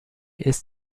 ist